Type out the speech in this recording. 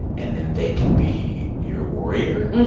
and then they can be your warrior.